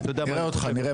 ואתה יודע מה דעתי.